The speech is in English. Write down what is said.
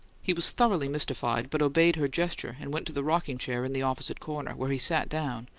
he was thoroughly mystified, but obeyed her gesture and went to the rocking-chair in the opposite corner, where he sat down,